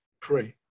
pray